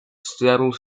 seattle